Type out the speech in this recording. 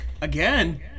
Again